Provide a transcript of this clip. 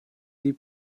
die